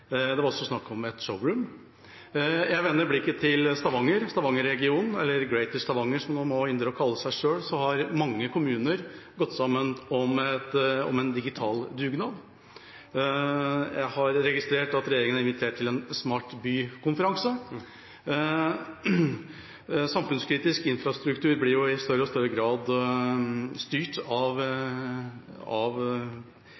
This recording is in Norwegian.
Det var også snakk om «showrooms». Jeg vender blikket til Stavangerregionen, eller «Greater Stavanger», som de nå ynder å kalle seg selv. Der har mange kommuner gått sammen om en digital dugnad. Jeg har registrert at regjeringen har invitert til en smartbykonferanse. Samfunnskritisk infrastruktur er jo i større og større grad digitalt styrt.